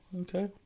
okay